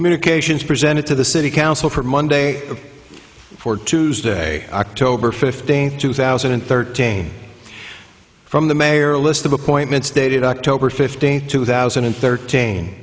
communications presented to the city council for monday or tuesday october fifteenth two thousand and thirteen from the mayor list of appointments dated october fifth two thousand and thirteen